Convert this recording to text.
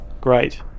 great